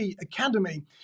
Academy